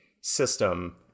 system